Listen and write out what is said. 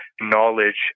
knowledge